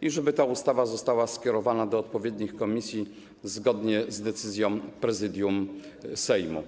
i żeby ten projekt ustawy został skierowany do odpowiednich komisji zgodnie z decyzją Prezydium Sejmu.